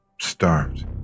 starved